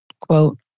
quote